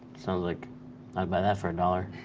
sounds like i'd buy that for a dollar.